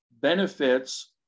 benefits